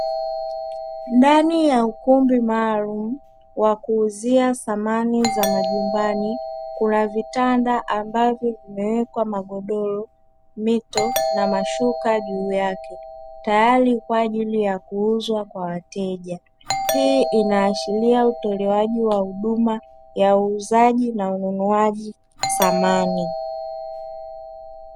Ndani ya ukumbi maalumu wa kuuzia thamani za majumbani, kuna vitanda ambavyo vimewekwa magodoro, mito na mashuka juu yake tayari kwa ajili ya kuuzwa kwa wateja. Hii inaashiria utolewaji wa huduma ya uuzaji na ununuaji samani.